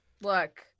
Look